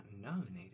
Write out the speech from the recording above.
nominated